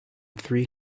three